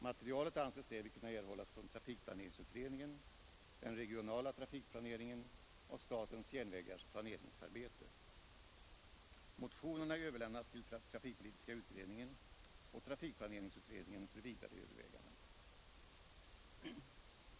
Materialet anses därvid kunna erhållas från trafikplaneringsutredningen, den regionala trafikplaneringen och statens järnvägars planeringsarbete. Motionerna överlämnas till trafikpolitiska utredningen och trafikplaneringsutredningen för vidare överväganden.